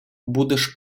будеш